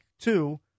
Two